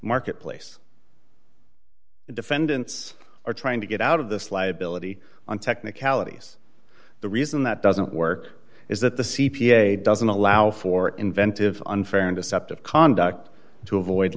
market place the defendants are trying to get out of this liability on technicalities the reason that doesn't work is that the c p a doesn't allow for inventive unfair and deceptive conduct to avoid